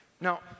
Now